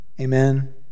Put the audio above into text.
Amen